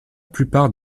plupart